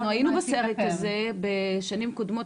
אנחנו היינו בסרט הזה בשנים קודמות,